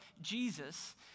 Jesus